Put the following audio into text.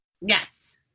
Yes